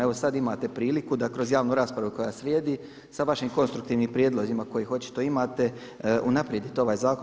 Evo sad imate priliku da kroz javnu raspravu koja slijedi sa vašim konstruktivnim prijedlozima kojih očito imate unaprijedite ovaj zakon.